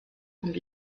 und